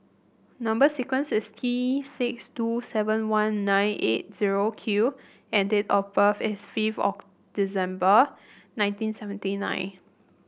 number sequence is T six two seven one nine eight zero Q and date of birth is fifth of December nineteen seventy nine